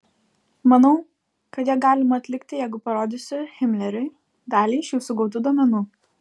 manau kad ją galima atlikti jeigu parodysiu himleriui dalį iš jūsų gautų duomenų